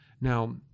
Now